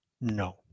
no